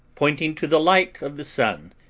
pointing to the light of the sun,